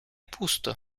пусто